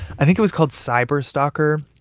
i think it was called cyberstalker.